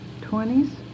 Twenties